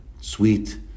sweet